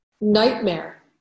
nightmare